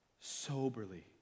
soberly